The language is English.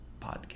podcast